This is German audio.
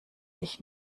ich